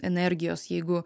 energijos jeigu